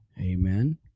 amen